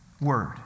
Word